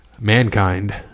Mankind